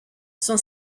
son